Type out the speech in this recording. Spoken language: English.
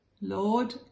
Lord